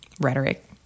rhetoric